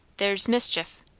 there's mischief!